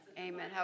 amen